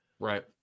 Right